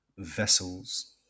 vessels